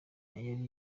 yari